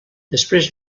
després